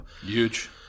Huge